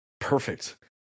perfect